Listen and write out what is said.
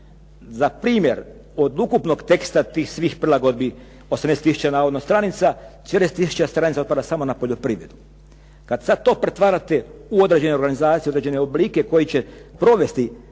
Za primjer od ukupnog teksta tih svih prilagodbi 18 tisuća navodno stranica, … tisuća stranica otpada samo na poljoprivredu. Kada sada to pretvarate u određene organizacije, određene oblike koji će provesti